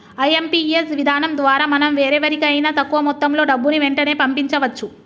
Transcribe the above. IMPS విధానం ద్వారా మనం వేరెవరికైనా తక్కువ మొత్తంలో డబ్బుని వెంటనే పంపించవచ్చు